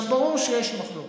ברור שיש מחלוקות.